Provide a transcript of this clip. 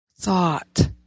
thought